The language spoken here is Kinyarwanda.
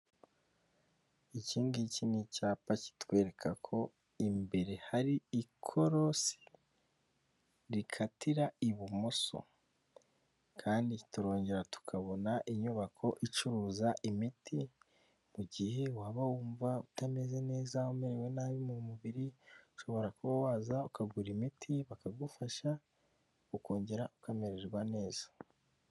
Iki ngiki ni icyapa kitwereka ko imbere hari ikorosi rikatira ibumoso kandi turongera tukabona inyubako icuruza imiti, mu gihe waba wumva utameze neza umerewe nabi mu mubiri ushobora kuba waza ukagura imiti bakagufasha ukongera ukamererwa neza.